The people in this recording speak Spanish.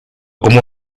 como